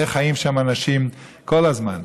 איך חיים שם אנשים כל הזמן?